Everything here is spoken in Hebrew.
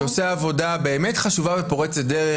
שעושה עבודה באמת חשובה ופורצת דרך,